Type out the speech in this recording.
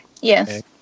Yes